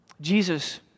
Jesus